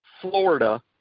Florida